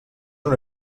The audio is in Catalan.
una